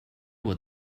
what